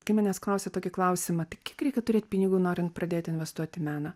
kai manęs klausia tokį klausimątai kiek reikia turėt pinigų norint pradėti investuot į meną